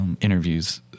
interviews